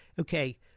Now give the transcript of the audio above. Okay